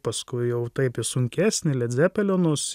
paskui jau taip į sunkesnį led zepelinus